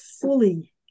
fully